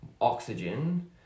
oxygen